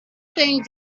things